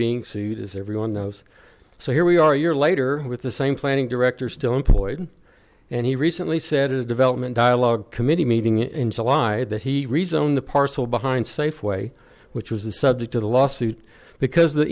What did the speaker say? being sued as everyone knows so here we are a year later with the same planning director still employed and he recently said a development dialogue committee meeting in july that he resumed the parcel behind safeway which was the subject of the lawsuit because the